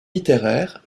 littéraires